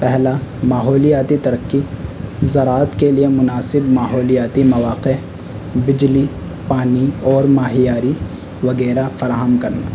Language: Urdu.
پہلا ماحولیاتی ترقی زراعت کے لیے مناسب ماحولیاتی مواقع بجلی پانی اور ماہیاری وغیرہ فراہم کرنا